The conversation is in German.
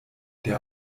der